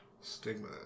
stigma